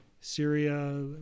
Syria